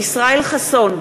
ישראל חסון,